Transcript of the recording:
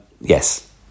yes